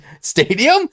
stadium